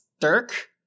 dirk